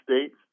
States